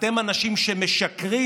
אתם אנשים שמשקרים,